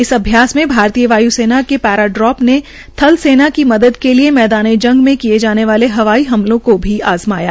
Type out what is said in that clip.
इस अभ्यास में भारतीय वाय् सेना के पैरा ड्रोप ने थल सेना की मदद के लिये मैदान ए जंग में किये जाने वाले हवाई हमलों को भी आज़माया